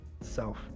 self